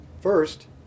First